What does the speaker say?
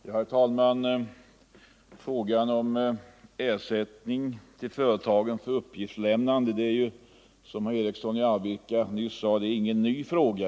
Herr talman! Frågan om ersättning till företagen för uppgiftslämnande är, som herr Eriksson i Arvika nyss sade, ingen ny fråga.